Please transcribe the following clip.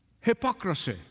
hypocrisy